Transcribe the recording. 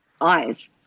eyes